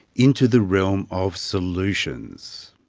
into the realm of solutions.